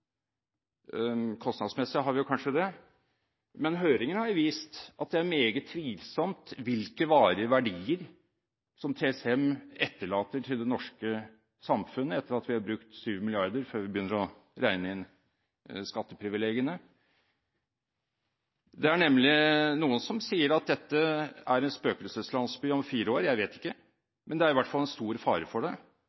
Kostnadsmessig har vi kanskje det, men høringene har vist at det er stor tvil om hvilke varige verdier TCM etterlater seg til det norske samfunnet – etter at vi har brukt 7 mrd. kr før vi begynner å regne inn skatteprivilegiene. Det er nemlig noen som sier at dette om fire år vil være en spøkelseslandsby. Jeg vet ikke,